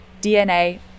DNA